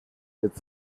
its